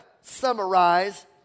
summarize